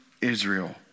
Israel